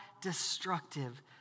destructive